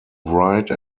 write